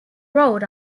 road